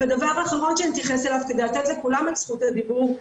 דבר אחרון שאני אתייחס אליו כדי לתת לכולם את זכות הדיבור,